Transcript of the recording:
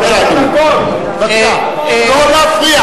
בבקשה, אדוני.